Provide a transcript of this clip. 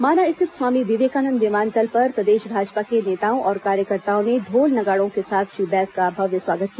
माना स्थित स्वामी विर्वेकानंद विमानतल पर प्रदेश भाजपा के नेताओं और कार्यकर्ताओं ने ढोल नगांडों के साथ श्री बैस का भव्य स्वागत किया